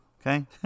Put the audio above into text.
Okay